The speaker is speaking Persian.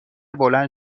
بلند